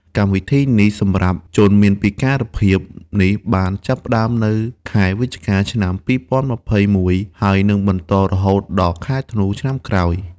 កម្មវិធីសម្រាប់ជនមានពិការភាពនេះបានចាប់ផ្តើមនៅខែវិច្ឆិកា ឆ្នាំ ២០២១ ហើយនឹងបន្តរហូតដល់ខែធ្នូឆ្នាំក្រោយ។